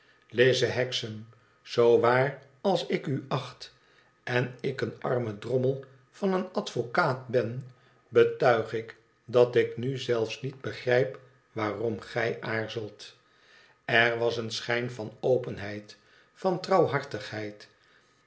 lize hexam zoo waar als ik u acht en ik een arme drommel van een advocaat ben betuig ik dat ik nu zelfs niet begrijp waarom gij aarzelt er was een schijn van openheid van